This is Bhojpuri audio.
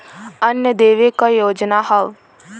अन्न देवे क योजना हव